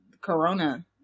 Corona